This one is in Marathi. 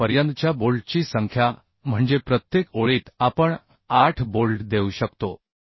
16 पर्यंतच्या बोल्टची संख्या म्हणजे प्रत्येक ओळीत आपण 8 बोल्ट देऊ शकतो